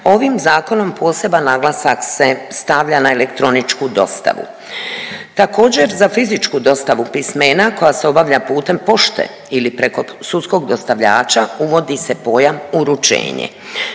ovim zakonom poseban naglasak se stavlja na elektroničku dostavu. Također za fizičku dostavu pismena koja se obavlja putem pošte ili preko sudskog dostavljača uvodi se pojam uručenje,